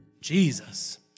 Jesus